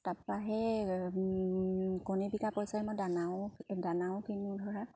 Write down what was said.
তাপা সেই কণী বিকা পইচাৰে মই দানাও দানাও কিনো ধৰা